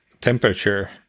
temperature